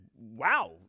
wow